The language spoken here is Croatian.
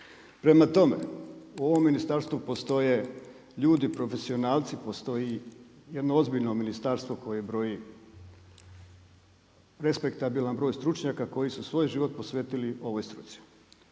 prema tome, u ovom ministarstvu postoje ljudi, profesionalci postoji, jedno ozbiljno ministarstvo koji broji respektabilan broj stručnjaka, koji su svoj život posvetili ovoj struci.